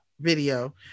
video